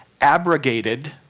abrogated